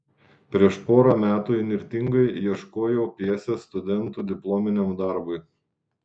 prieš porą metų įnirtingai ieškojau pjesės studentų diplominiam darbui